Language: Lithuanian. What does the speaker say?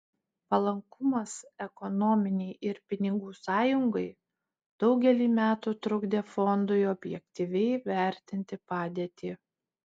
palankumas ekonominei ir pinigų sąjungai daugelį metų trukdė fondui objektyviai vertinti padėtį